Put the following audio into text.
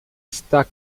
está